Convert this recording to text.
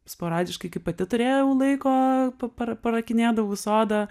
sporadiškai kai pati turėjau laiko pa para parakinėdavau sodą